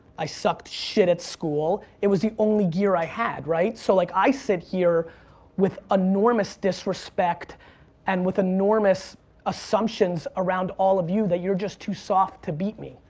i sucked shit at school. it was the only gear i had, right? so like i sit here with enormous disrespect and with enormous assumptions around all of you that you're just too soft to beat me,